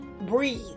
breathe